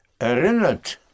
erinnert